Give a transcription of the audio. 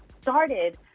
started